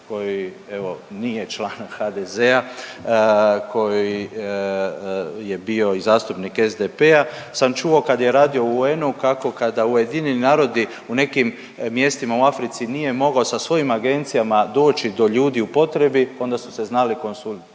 evo, nije član HDZ-a, koji je bio i zastupnik SDP-a sam čuo, kada je radio u UN-a, kako kada UN u nekim mjestima u Africi nije mogao sa svojim agencijama doći do ljudi u potrebi, onda su se znali konzultirati